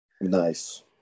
Nice